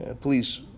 Please